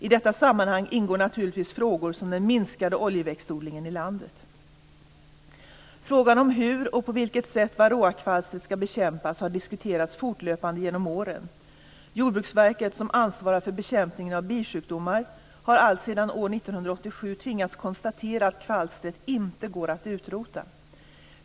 I detta sammanhang ingår naturligtvis frågor som den minskade oljeväxtodlingen i landet. Frågan om hur och på vilket sätt varroakvalstret ska bekämpas har diskuterats fortlöpande genom åren. Jordbruksverket, som ansvarar för bekämpningen av bisjukdomar, har alltsedan år 1987 tvingats konstatera att kvalstret inte går att utrota.